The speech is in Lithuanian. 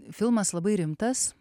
filmas labai rimtas